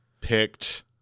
picked